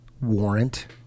warrant